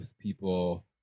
people